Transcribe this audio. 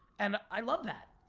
and i love that.